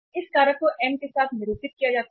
इस कारक को एम के साथ निरूपित किया जाता है